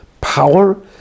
power